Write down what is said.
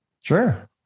Sure